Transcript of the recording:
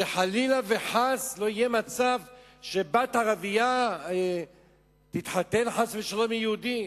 שחלילה וחס לא יהיה מצב שבת ערבייה תתחתן חס ושלום עם יהודי.